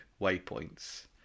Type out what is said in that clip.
waypoints